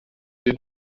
den